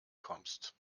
kommst